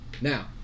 Now